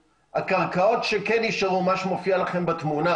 הקרקעות שכן נשארו, מה שמופיע לכם בתמונה,